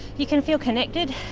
you can feel connected